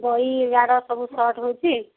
ବହି ଗାଡ଼ ସବୁ ସର୍ଟ୍ ହଉଛି